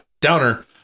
Downer